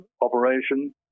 Operation